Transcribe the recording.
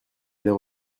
aller